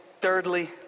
thirdly